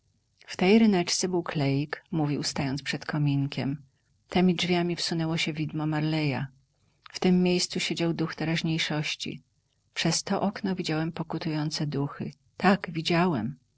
w tej ryneczce był kleik mówił stając przed kominkiem temi drzwiami wsunęło się widmo marleya w tem miejscu siedział duch teraźniejszości przez to okno widziałem pokutujące duchy tak widziałem